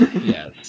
yes